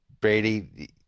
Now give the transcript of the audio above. Brady